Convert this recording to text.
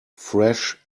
fresh